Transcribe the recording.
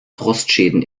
frostschäden